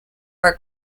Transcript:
are